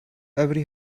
every